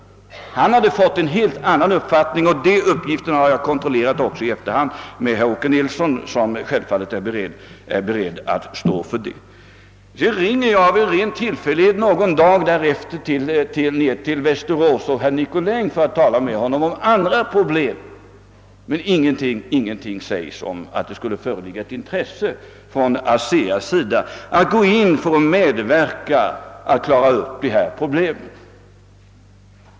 Åke Nilsson hade emellertid fått en helt annan uppfattning — det har jag kontrollerat i efterhand med herr Åke Nilsson, som självfallet är beredd att stå för den. Sedan ringde jag av en ren tillfällighet någon dag därefter till Västerås för att tala med direktör Nicolin om andra problem. Ingenting sades då om att det skulle föreligga något intresse från ASEA :s sida att gå in och medverka till att klara upp de här problemen.